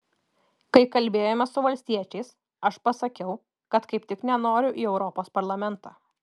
kai kalbėjome su valstiečiais aš pasakiau kad kaip tik nenoriu į europos parlamentą